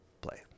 Play